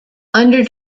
under